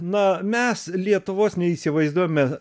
na mes lietuvos neįsivaizduojame